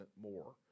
more